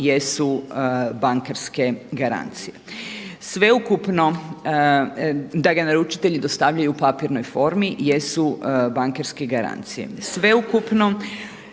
jesu bankarske garancije. Sveukupno, da ga naručitelji dostavljaju u papirnoj formi jesu bankarske garancije.